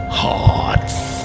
hearts